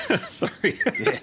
Sorry